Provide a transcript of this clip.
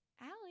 Allie